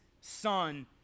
son